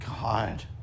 God